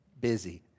busy